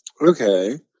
Okay